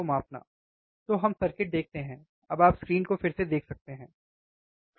तो हम सर्किट देखते हैं अब आप स्क्रीन को फिर से देख सकते हैं है ना